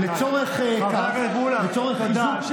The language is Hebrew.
חבר הכנסת מולא, תודה.